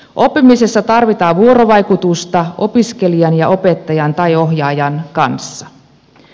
oppimisessa tarvitaan vuorovaikutusta opiskelijan ja opettajan tai ohjaajan kanssa